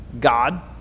God